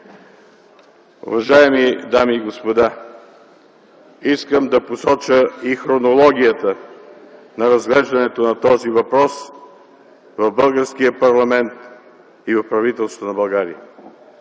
Уважаеми дами и господа, искам да посоча и хронологията на разглеждането на този въпрос в българския парламент и в правителството на България.